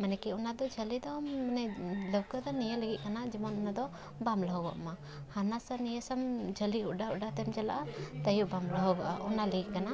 ᱢᱟᱱᱮ ᱠᱤ ᱚᱱᱟ ᱫᱚ ᱡᱷᱟᱹᱞᱤ ᱫᱚ ᱢᱟᱱᱮ ᱞᱟᱹᱣᱠᱟᱹ ᱫᱚ ᱱᱤᱭᱟᱹ ᱞᱟᱹᱜᱤᱫ ᱠᱟᱱᱟ ᱡᱮᱢᱚᱱ ᱚᱱᱟ ᱫᱚ ᱵᱟᱢ ᱞᱚᱦᱚᱫᱚᱜ ᱢᱟ ᱦᱟᱱᱟ ᱱᱤᱭᱟᱹᱥᱟ ᱡᱷᱟᱹᱞᱤ ᱚᱰᱟᱣ ᱚᱰᱟᱣ ᱛᱮᱢ ᱪᱟᱞᱟᱜᱼᱟ ᱛᱟᱹᱣ ᱵᱟᱢ ᱞᱚᱦᱚᱫᱚᱜᱼᱟ ᱚᱱᱟ ᱞᱟᱹᱜᱤᱫ ᱠᱟᱱᱟ